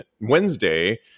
wednesday